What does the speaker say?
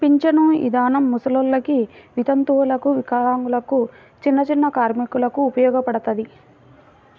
పింఛను ఇదానం ముసలోల్లకి, వితంతువులకు, వికలాంగులకు, చిన్నచిన్న కార్మికులకు ఉపయోగపడతది